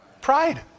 Pride